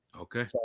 Okay